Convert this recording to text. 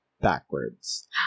backwards